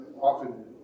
often